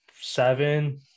seven